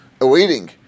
awaiting